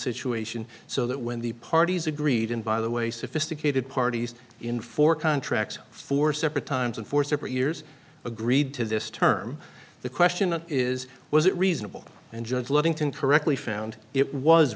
situation so that when the parties agreed and by the way sophisticated parties in four contract four separate times and four separate years agreed to this term the question is was it reasonable and judge ludington correctly found it was